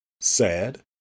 sad